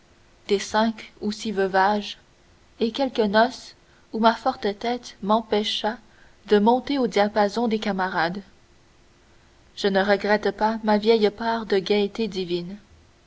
des cinq ou six veuvages et quelques noces où ma forte tête m'empêcha de monter au diapason des camarades je ne regrette pas ma vieille part de gaîté divine